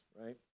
right